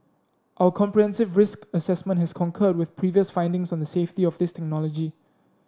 our comprehensive risk assessment has concurred with previous findings on the safety of this technology